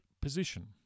position